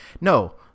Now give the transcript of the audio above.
No